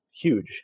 huge